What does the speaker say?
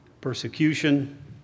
persecution